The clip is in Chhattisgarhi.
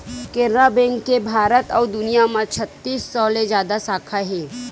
केनरा बेंक के भारत अउ दुनिया म छत्तीस सौ ले जादा साखा हे